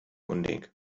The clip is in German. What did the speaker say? unding